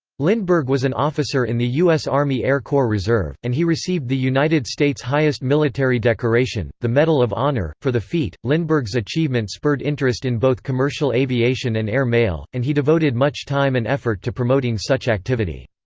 lindbergh was an officer in the u s. army air corps reserve, and he received the united states' highest military decoration, the medal of honor, for the feat lindbergh's achievement spurred interest in both commercial aviation and air mail, and he devoted much time and effort to promoting such activity.